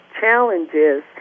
challenges